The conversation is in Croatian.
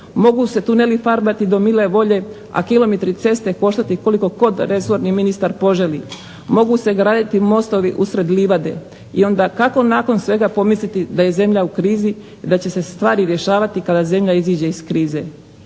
mogu se tuneli farbati do mile volje, a kilometri ceste koštati koliko god resorni ministar poželi. Mogu se graditi mostovi usred livade i onda kako nakon svega pomisliti da je zemlja u krizi i da će se stvari rješavati kada zemlja iziđe iz krize.